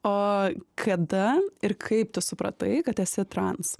o kada ir kaip tu supratai kad esi trans